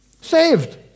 saved